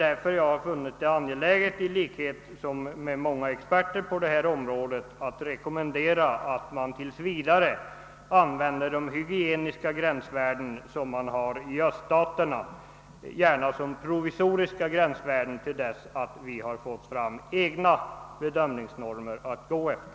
Därför har jag i likhet med många experter på detta område funnit det angeläget rekommendera, att man tills vidare använder de hygieniska gränsvärden som tillämpas i öststaterna, gärna som provisoriska värden till dess vi har fått egna bedömningsnormer att gå efter.